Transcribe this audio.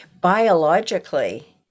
biologically